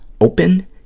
open